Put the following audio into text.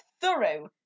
thorough